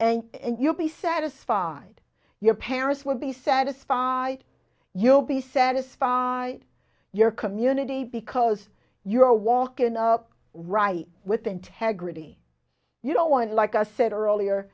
and you'll be satisfied your parents will be satisfied you'll be satisfied your community because you're walking up right with integrity you don't want like i said earlier